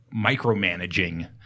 micromanaging